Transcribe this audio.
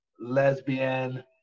Lesbian